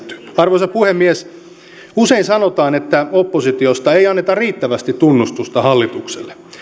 arvoisa puhemies usein sanotaan että oppositiosta ei anneta riittävästi tunnustusta hallitukselle